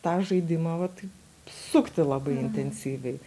tą žaidimą va taip sukti labai intensyviai